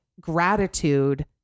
gratitude